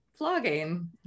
vlogging